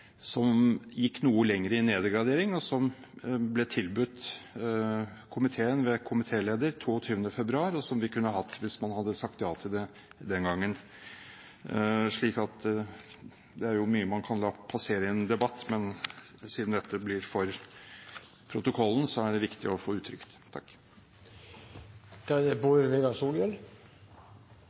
som gikk noe lenger i nedgradering, og som ble tilbudt komiteen ved komitélederen 22. februar, og som vi kunne hatt hvis man hadde sagt ja til det den gangen. Det er jo mye man kan la passere i en debatt, men siden dette blir for protokollen, er det viktig å få uttrykt. La meg først få seie at eg trur det